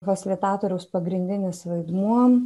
fasilitatoriaus pagrindinis vaidmuo